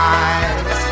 eyes